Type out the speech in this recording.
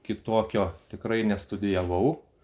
kitokio tikrai nestudijavau